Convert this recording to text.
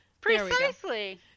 Precisely